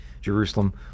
Jerusalem